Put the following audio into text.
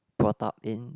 brought up in